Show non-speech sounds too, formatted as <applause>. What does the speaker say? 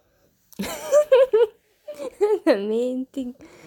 <laughs> main thing